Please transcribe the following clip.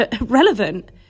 relevant